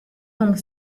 donc